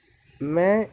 میں